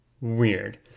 weird